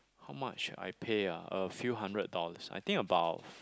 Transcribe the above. how much I pay ah a few hundred dollars I think about